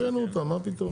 הצבעה ההסתייגות לא אושרה.